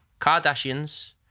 Kardashians